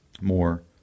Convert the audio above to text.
more